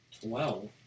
Twelve